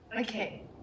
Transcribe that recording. Okay